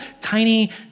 tiny